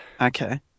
Okay